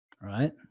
right